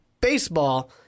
baseball